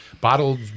bottled